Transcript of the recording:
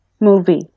movie